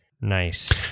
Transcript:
Nice